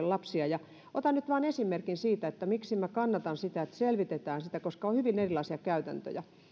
lapsia ja otan nyt vain esimerkin siitä miksi minä kannatan sitä että selvitetään sitä koska on hyvin erilaisia käytäntöjä